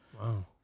wow